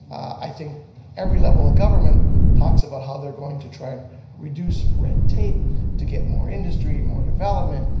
i think every level of government talks about how they're going to try and reduce red tape to get more industry, more development,